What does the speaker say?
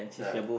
yeah